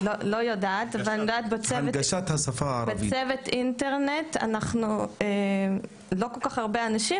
בצוות אינטרנט אנחנו לא כל כך הרבה אנשים,